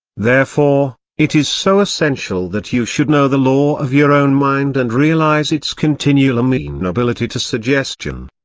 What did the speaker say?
therefore, it is so essential that you should know the law of your own mind and realise its continual amenability to suggestion.